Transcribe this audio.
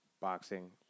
boxing